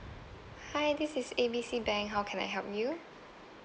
hi this is A B C bank how can I help you